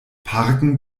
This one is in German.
parken